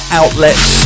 outlets